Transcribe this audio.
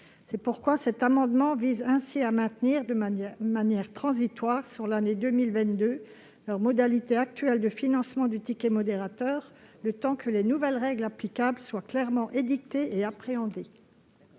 C'est pourquoi cet amendement vise à maintenir, de manière transitoire, durant l'année 2022, les modalités actuelles de financement du ticket modérateur, le temps que les nouvelles règles applicables soient clairement édictées et appréhendées.